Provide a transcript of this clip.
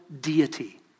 deity